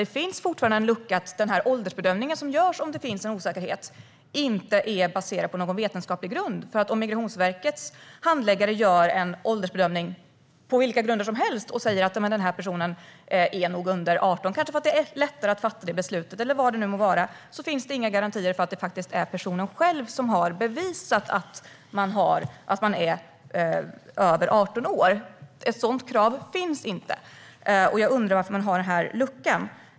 Det finns fortfarande en lucka där den åldersbedömning som görs om det finns en osäkerhet inte behöver baseras på vetenskaplig grund. Om Migrationsverkets handläggare gör en åldersbedömning på vilka grunder som helst och säger att en person nog är under 18 - kanske för att det är lättare att fatta det beslutet eller vad det nu må vara - finns det inga garantier för att det är personen själv som har bevisat sig vara under 18 år. Ett sådant krav finns inte, och jag undrar varför man har den luckan.